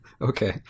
Okay